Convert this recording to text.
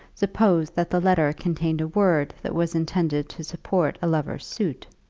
suppose that the letter contained a word that was intended to support a lover's suit.